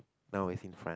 now is in front